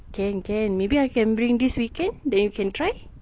can can maybe I can bring this weekend then you can try